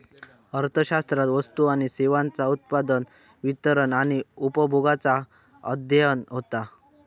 अर्थशास्त्रात वस्तू आणि सेवांचा उत्पादन, वितरण आणि उपभोगाचा अध्ययन होता